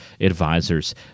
advisors